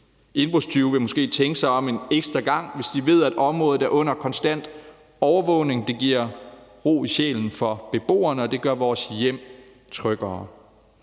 Indbrudstyve vil måske tænke sig om en ekstra gang, hvis de ved, at området er under konstant overvågning. Det giver ro i sjælen for beboerne, og det gør vores hjem tryggere.